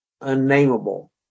unnameable